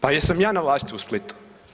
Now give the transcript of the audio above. Pa jesam ja na vlasti u Splitu?